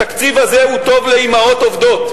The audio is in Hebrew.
התקציב הזה הוא טוב לאמהות עובדות,